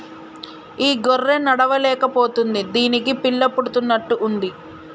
ఈ గొర్రె నడవలేక పోతుంది దీనికి పిల్ల పుడుతున్నట్టు ఉంది